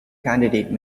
candidate